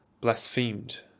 Blasphemed